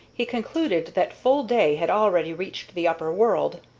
he concluded that full day had already reached the upper world.